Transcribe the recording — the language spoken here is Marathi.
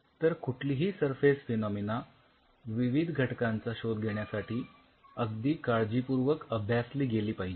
तर कुठलीही सरफेस फेनॉमिना विविध घटकांचा शोध घेण्यासाठी अगदी काळजीपूर्वक अभ्यासली गेली पाहिजे